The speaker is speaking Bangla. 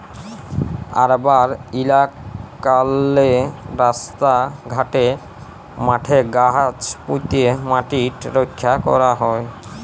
আরবাল ইলাকাললে রাস্তা ঘাটে, মাঠে গাহাচ প্যুঁতে ম্যাটিট রখ্যা ক্যরা হ্যয়